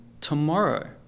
tomorrow